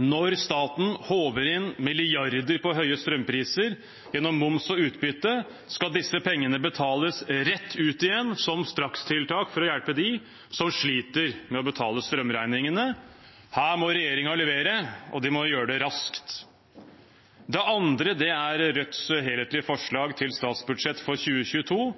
når staten håver inn milliarder på høye strømpriser gjennom moms og utbytte, skal disse pengene betales rett ut igjen som strakstiltak for å hjelpe dem som sliter med å betale strømregningene. Her må regjeringen levere, og de må gjøre det raskt. Det andre er Rødts helhetlige forslag til statsbudsjett for 2022,